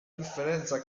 differenza